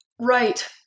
Right